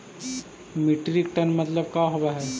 Metric ton मतलब का होव हइ?